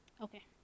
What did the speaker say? okay